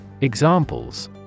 Examples